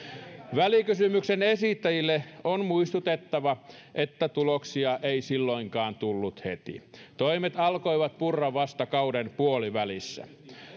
välikysymyksen esittäjille on muistutettava että tuloksia ei silloinkaan tullut heti toimet alkoivat purra vasta kauden puolivälissä